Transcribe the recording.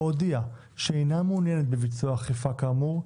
או הודיעה כי אינה מעוניינת בביצוע אכיפה כאמור,